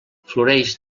floreix